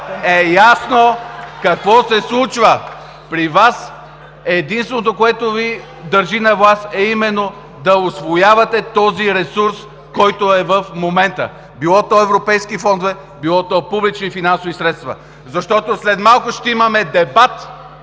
е ясно какво се случва – при Вас, единственото което Ви държи на власт, е именно да усвоявате този ресурс, който е в момента – било то европейски фондове, било то публични финансови средства, защото след малко ще имаме дебат